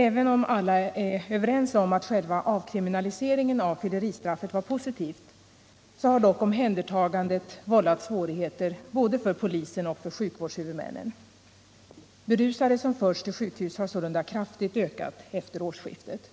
Även om alla är överens om att själva avkriminaliseringen av fylleristraffet var positivt har dock omhändertagandet vållat svårigheter både för polisen och för sjukvårdshuvudmännen. Antalet berusade som förts till sjukhus har sålunda kraftigt ökat efter årsskiftet.